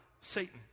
Satan